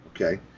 Okay